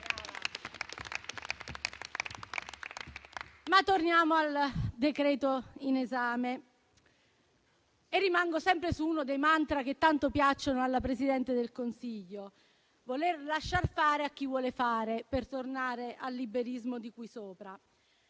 Ma torniamo al decreto-legge in esame. Rimango sempre su uno dei mantra che tanto piacciono alla Presidente del Consiglio: voler lasciar fare a chi vuole fare, per tornare al liberismo di cui sopra.